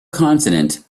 consonant